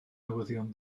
newyddion